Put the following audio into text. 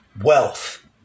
Wealth